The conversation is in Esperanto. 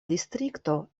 distrikto